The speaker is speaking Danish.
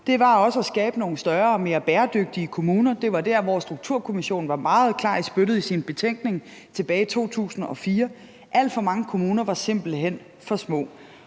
var også at skabe nogle større og mere bæredygtige kommuner. Det var der, hvor Strukturkommissionen var meget klar i spyttet i sin betænkning tilbage i 2004. Alt for mange kommuner var simpelt hen for små,